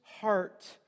heart